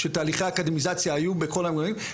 שתהליכי האקדמניזציה היו בכל המובנים,